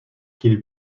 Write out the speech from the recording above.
qu’il